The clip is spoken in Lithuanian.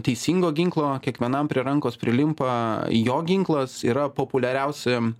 teisingo ginklo kiekvienam prie rankos prilimpa jo ginklas yra populiariausi